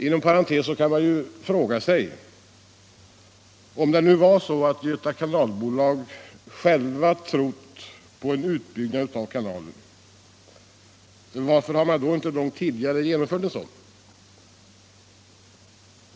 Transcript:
Inom parentes sagt kan man fråga sig: Om det nu är så att Göta Kanalbolag själv trott på en utbyggnad av kanalen, varför har man då inte långt tidigare genomfört en sådan?